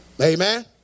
Amen